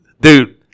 Dude